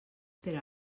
per